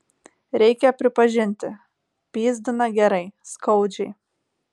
reikia pripažinti pyzdina gerai skaudžiai